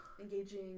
engaging